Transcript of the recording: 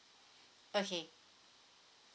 okay